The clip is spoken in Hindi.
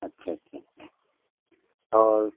अच्छा अच्छा अच्छा और